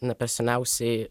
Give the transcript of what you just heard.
ne per seniausiai